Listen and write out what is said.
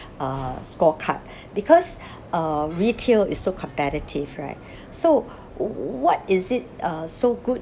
uh scorecard because uh retail is so competitive right so what is it uh so good